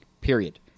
Period